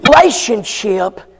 relationship